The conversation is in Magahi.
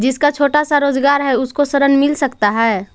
जिसका छोटा सा रोजगार है उसको ऋण मिल सकता है?